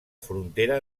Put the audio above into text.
frontera